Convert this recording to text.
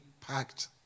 packed